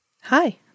Hi